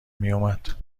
میومد